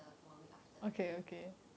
one week after